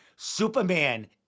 Superman